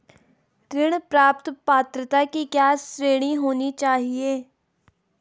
ऋण प्राप्त पात्रता की क्या श्रेणी होनी चाहिए?